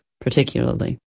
particularly